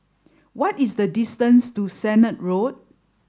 what is the distance to Sennett Road